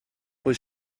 pwy